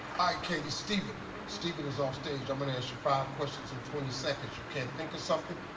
katie, stephen stephen is offstage. i'm gonna ask you five questions in twenty seconds. you can't think of something,